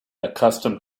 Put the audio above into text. accustomed